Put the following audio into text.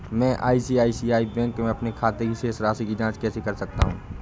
मैं ICICI bank के अपने खाते की शेष राशि की जाँच कैसे कर सकता हूँ?